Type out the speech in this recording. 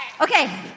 Okay